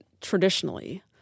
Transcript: traditionally